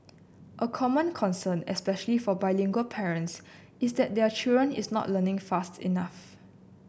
a common concern especially for bilingual parents is that their children is not learning fast enough